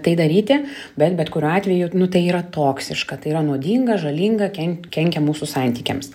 tai daryti bet bet kuriuo atveju nu tai yra toksiška tai yra nuodinga žalinga ken kenkia mūsų santykiams